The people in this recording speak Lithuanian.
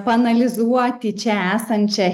paanalizuoti čia esančią